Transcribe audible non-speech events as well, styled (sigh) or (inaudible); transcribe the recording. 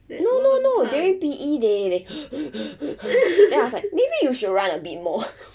no no no during P_E they (breath) then I was like maybe you should run a bit more